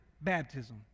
baptism